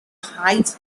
heights